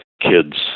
kids